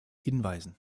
hinweisen